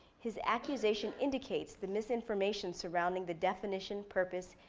his accusation indicates the misinformation surrounding the definition, purpose,